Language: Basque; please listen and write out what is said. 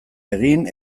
egin